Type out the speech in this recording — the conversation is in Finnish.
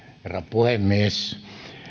puhemies